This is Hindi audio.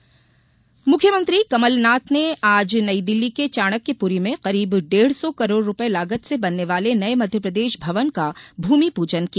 कमलनाथ लोकार्पण मुख्यमंत्री कमल नाथ ने आज नई दिल्ली के चाणक्यपुरी में करीब डेढ़ सौ करोड़ रुपये लागत से बनने वाले नए मध्यप्रदेश भवन का भूमि पूजन किया